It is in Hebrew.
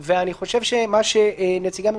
אבל אם הצעד הוא